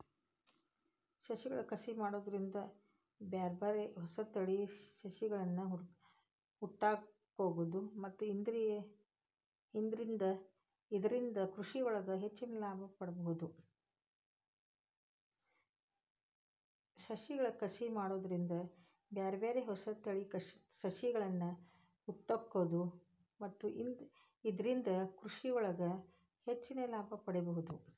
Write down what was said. ಸಸಿಗಳ ಕಸಿ ಮಾಡೋದ್ರಿಂದ ಬ್ಯಾರ್ಬ್ಯಾರೇ ಹೊಸ ತಳಿಯ ಸಸಿಗಳ್ಳನ ಹುಟ್ಟಾಕ್ಬೋದು ಮತ್ತ ಇದ್ರಿಂದ ಕೃಷಿಯೊಳಗ ಹೆಚ್ಚಿನ ಲಾಭ ಪಡ್ಕೋಬೋದು